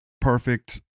perfect